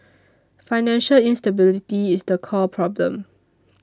financial instability is the core problem